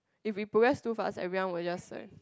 if we progress too fast everyone will just like